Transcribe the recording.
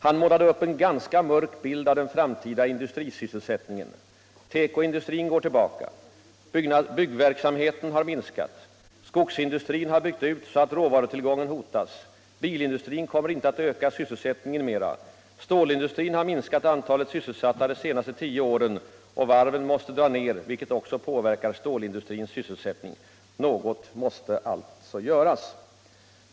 Han målade upp en ganska mörk bild av den framtida industrisysselsättningen: tekoindustrin går tillbaka, byggverksamheten har minskat, skogsindustrin har byggt ut så att råvarutillgången hotas, bilindustrin kommer inte att öka sysselsättningen mer, stålindustrin har minskat antalet sysselsatta de senaste tio åren och varven måste dra ner, vilket också påverkar stålindustrins sysselsättning. Något måste alltså göras.